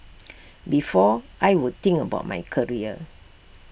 before I would think about my career